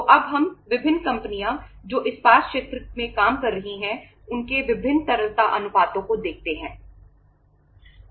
तो अब हम विभिन्न कंपनियां जो इस्पात क्षेत्र में काम कर रही हैं उनके विभिन्न तरलता अनुपातों को देखते हैं